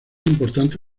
importante